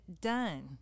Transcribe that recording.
done